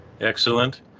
Excellent